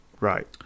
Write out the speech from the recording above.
Right